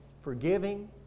forgiving